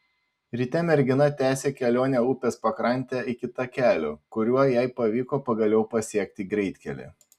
ryte mergina tęsė kelionę upės pakrante iki takelio kuriuo jai pavyko pagaliau pasiekti greitkelį